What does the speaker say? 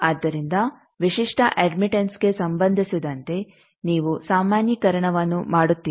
ಆದ್ದರಿಂದ ವಿಶಿಷ್ಟ ಅಡ್ಮಿಟಂಸ್ ಗೆ ಸಂಬಂಧಿಸಿದಂತೆ ನೀವು ಸಾಮಾನ್ಯೀಕರಣವನ್ನು ಮಾಡುತ್ತೀರಿ